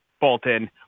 Bolton